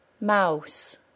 mouse